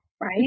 right